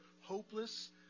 hopeless